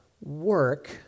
work